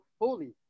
holy